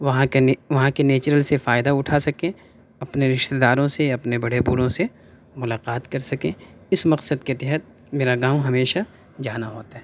وہاں کے نے وہاں کے نیچرل سے فائدہ اٹھا سکیں اپنے رشتےداروں سے اپنے بڑے بوڑھوں سے ملاقات کر سکیں اس مقصد کے تحت میرا گاؤں ہمیشہ جانا ہوتا ہے